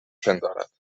پندارد